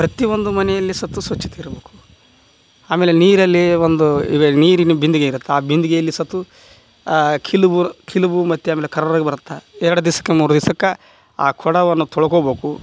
ಪ್ರತಿ ಒಂದು ಮನೆಯಲ್ಲಿ ಸತ್ತು ಸ್ವಚ್ಛತೆ ಇರಬೇಕು ಆಮೇಲೆ ನೀರಲ್ಲಿ ಒಂದು ಇವೆ ನೀರಿನ ಬಿಂದಿಗೆ ಇರುತ್ತೆ ಆ ಬಿಂದಿಗೆಯಲ್ಲಿ ಸತು ಕಿಲುಬು ಕಿಲುಬು ಮತ್ತು ಆಮೇಲೆ ಕರ್ರಗೆ ಬರುತ್ತೆ ಎರಡು ದಿಸಕ್ಕೆ ಮೂರು ದಿಸಕ್ಕೆ ಆ ಕೊಡವನ್ನು ತೊಳ್ಕೊಬೇಕು